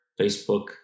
Facebook